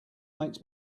makes